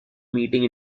meeting